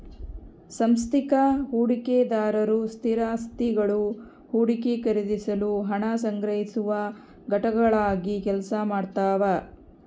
ಸಾಂಸ್ಥಿಕ ಹೂಡಿಕೆದಾರರು ಸ್ಥಿರಾಸ್ತಿಗುಳು ಹೂಡಿಕೆ ಖರೀದಿಸಲು ಹಣ ಸಂಗ್ರಹಿಸುವ ಘಟಕಗಳಾಗಿ ಕೆಲಸ ಮಾಡ್ತವ